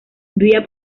vivía